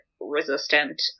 resistant